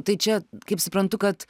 tai čia kaip suprantu kad